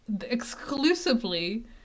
exclusively